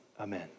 Amen